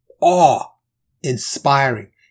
Awe-inspiring